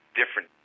different